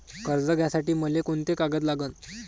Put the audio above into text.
कर्ज घ्यासाठी मले कोंते कागद लागन?